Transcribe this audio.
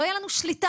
לא תהיה לנו שליטה.